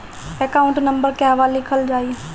Account number कहवा लिखल जाइ?